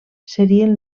serien